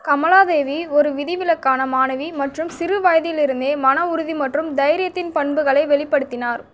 கமலாதேவி ஒரு விதிவிலக்கான மாணவி மற்றும் சிறுவயதிலிருந்தே மன உறுதி மற்றும் தைரியத்தின் பண்புகளை வெளிப்படுத்தினார்